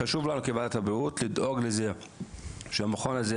חשוב לנו כוועדת הבריאות לדאוג לזה שהמכון הזה,